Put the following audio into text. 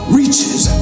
reaches